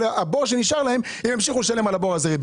אבל על הבור שנשאר להם הם ימשיכו לשלם ריביות,